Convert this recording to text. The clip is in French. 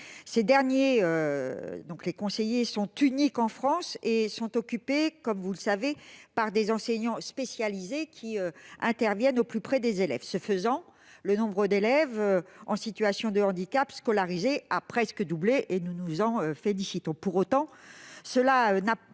Ces derniers sont uniques en France et sont occupés par des enseignants spécialisés qui interviennent au plus près des élèves. Ce faisant, le nombre d'élèves en situation de handicap scolarisés a presque doublé, et nous nous en félicitons.